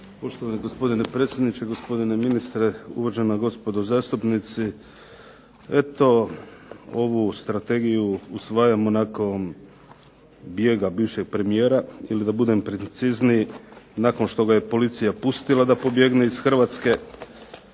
Poštovani gospodine predsjedniče, gospodine ministre, uvažena gospodo zastupnici. Eto ovu strategiju usvajamo nakon bijega bivšeg premijera ili da budem precizniji, nakon što ga je policija pustila da pobjegne iz Hrvatske.